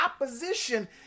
opposition